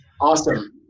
Awesome